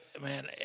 man